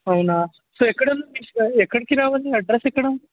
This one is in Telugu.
అవునా సో ఎక్కడ అండి ఎక్కడికి రావాలి మీ అడ్రస్ ఎక్కడ